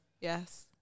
yes